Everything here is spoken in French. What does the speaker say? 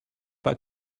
pas